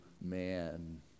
man